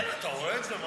כן, אתה רואה את זה.